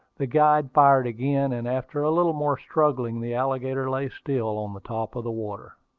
the guide fired again and after a little more struggling, the alligator lay still on the top of the water.